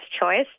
choice